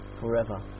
forever